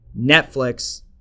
Netflix